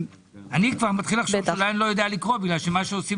אני כבר מתחיל לחשוב שאולי אני לא יודע לקרוא בגלל מה שעושים